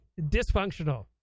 dysfunctional